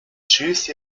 choose